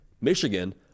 Michigan